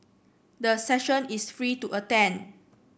the session is free to attend